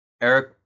Eric